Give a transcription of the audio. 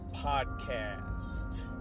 Podcast